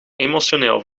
emotioneel